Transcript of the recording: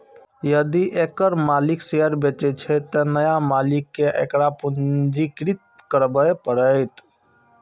यदि एकर मालिक शेयर बेचै छै, तं नया मालिक कें एकरा पंजीकृत करबय पड़तैक